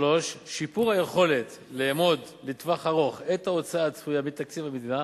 3. שיפור היכולת לאמוד לטווח ארוך את ההוצאה הצפויה מתקציב המדינה